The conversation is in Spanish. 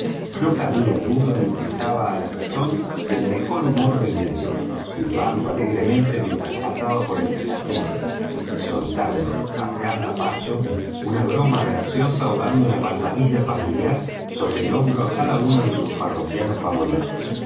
no cabía duda en que estaba á la sazón del mejor humor del mundo silbando alegremente mientras pasaba por entre las mesas y soltando á cada paso una broma graciosa ó dando una palmadilla familiar sobre el hombro á cada uno de sus parroquianos favoritos